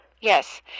Yes